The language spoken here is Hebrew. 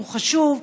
הוא חשוב,